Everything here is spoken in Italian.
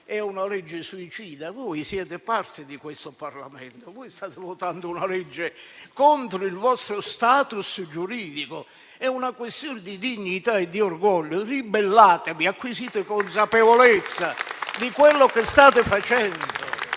è una legge suicida? Voi siete parte di questo Parlamento, state votando una legge contro il vostro *status* giuridico: è una questione di dignità e di orgoglio, ribellatevi e acquisite consapevolezza di quello che state facendo.